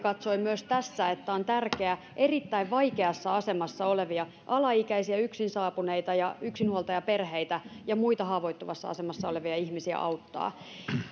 katsoi myös tässä että on tärkeää erittäin vaikeassa asemassa olevia alaikäisiä yksin saapuneita ja yksinhuoltajaperheitä ja muita haavoittuvassa asemassa olevia ihmisiä auttaa